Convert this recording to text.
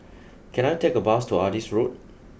can I take a bus to Adis Road